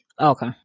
Okay